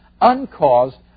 uncaused